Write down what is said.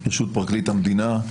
ברשות פרקליט המדינה,